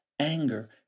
anger